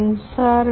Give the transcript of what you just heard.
sensor